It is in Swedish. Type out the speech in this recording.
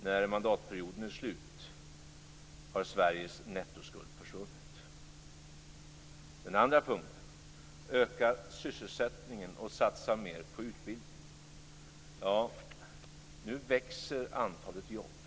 När mandatperioden är slut har Sveriges nettoskuld försvunnit. Den andra punkten var: Öka sysselsättningen och satsa mer på utbildning! - Ja, nu växer antalet jobb.